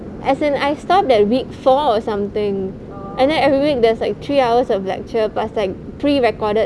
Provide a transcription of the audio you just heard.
as in I stopped at week four or something and then every week there's like three hours of lecture but it's like pre-recorded